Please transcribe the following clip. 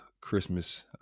Christmas